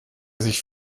sich